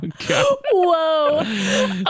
whoa